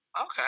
Okay